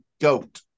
goat